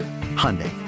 Hyundai